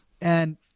And-